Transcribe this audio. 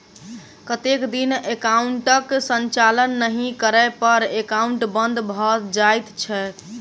कतेक दिन एकाउंटक संचालन नहि करै पर एकाउन्ट बन्द भऽ जाइत छैक?